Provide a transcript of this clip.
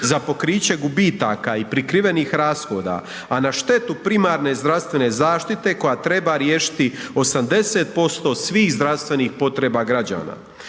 za pokriće gubitaka i prikrivenih rashoda, a na štetu primarne zdravstvene zaštite koja treba riješiti 80% svih zdravstvenih potreba građana.